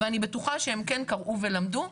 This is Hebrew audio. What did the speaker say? ואני בטוחה שהם כן קראו ולמדו.